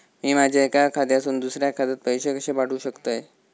मी माझ्या एक्या खात्यासून दुसऱ्या खात्यात पैसे कशे पाठउक शकतय?